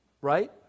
right